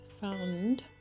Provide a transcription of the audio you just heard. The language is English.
found